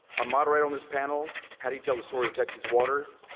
our moderator on this panel, how do you tell the story of texas water,